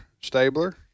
Stabler